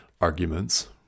arguments